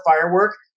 firework